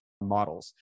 models